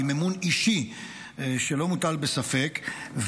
עם אמון אישי שלא מוטל בספק,